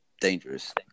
dangerous